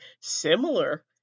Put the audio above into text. similar